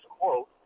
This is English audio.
quote